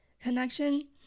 connection